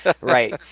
Right